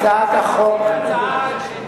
אז יכול להיות שחברי הכנסת הציעו הצעה שלא לעניין?